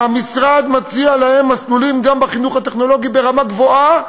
המשרד מציע להם מסלולים גם בחינוך הטכנולוגי ברמה גבוהה,